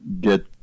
get